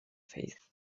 faith